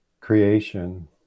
creation